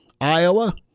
Iowa